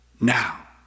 now